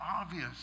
obvious